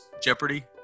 Jeopardy